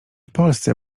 polsce